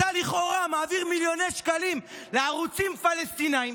אתה לכאורה מעביר מיליוני שקלים לערוצים פלסטינים.